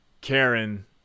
Karen